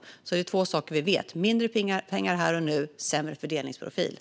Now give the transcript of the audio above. Vi vet alltså två saker: mindre pengar här och nu och sämre fördelningsprofil.